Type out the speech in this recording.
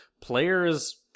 players